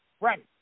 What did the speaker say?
right